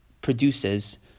produces